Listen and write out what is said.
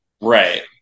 right